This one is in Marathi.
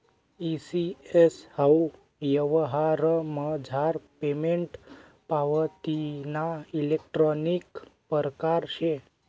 ई सी.एस हाऊ यवहारमझार पेमेंट पावतीना इलेक्ट्रानिक परकार शे